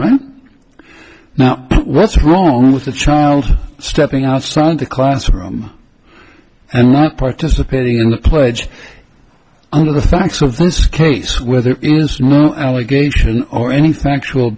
right now what's wrong with the child stepping outside the classroom and not participating in the pledge under the facts of this case where there is no allegation or anything actual